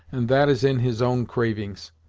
and that is in his own cravings.